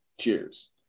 Cheers